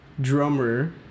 drummer